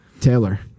Taylor